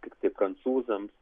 tiktai prancūzams